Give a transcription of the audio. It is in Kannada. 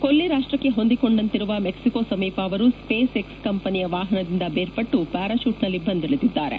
ಕೊಲ್ಲಿ ರಾಷ್ಟ್ರಕ್ಕೆ ಹೊಂದಿಕೊಂಡಂತಿರುವ ಮೆಕ್ಸಿಕೋ ಸಮೀಪ ಅವರು ಸ್ವೇಸ್ ಎಕ್ಸ್ ಕಂಪನಿಯ ವಾಹನದಿಂದ ಬೇರ್ಪಟ್ಟು ಪ್ಯಾರಾಚೂಟ್ನಲ್ಲಿ ಬಂದಿಳಿದಿದ್ದಾರೆ